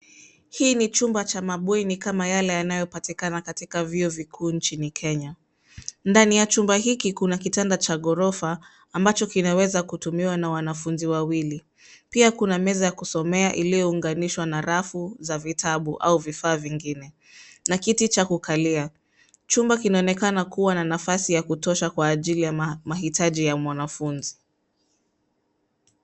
Hii ni chumba cha mabweni kama yale ambayo yanayopatikana katika vioo vikuu nchini Kenya. Ndani ya chumba hiki kuna kitanda cha ghorofa ambacho kinaweza kutumiwa na wanafunzi wawili. Pia kuna meza ya kusomea iliyounganishwa na rafu za vitabu au vifaa vingine na kiti cha kukalia. Chumba kinaonekana kuwa na nafasi ya kutosha kwa ajili ya mahitaji ya mwanafunzi.